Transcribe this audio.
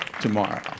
tomorrow